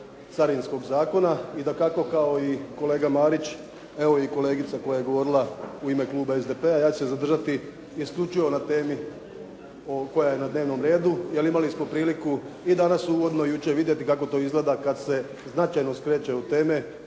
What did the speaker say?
carinskog zakona i dakako kao i kolega Marić evo i kolegica koja je govorila u ime Kluba SDP-a ja ću se zadržati isključivo na temi koja je na dnevnom redu i imali smo priliku i danas uvodno i jučer vidjeti kako to izgleda kada se značajno skreće od teme